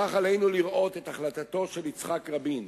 כך עלינו לראות את החלטתו של יצחק רבין